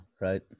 right